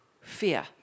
fear